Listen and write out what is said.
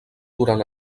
durant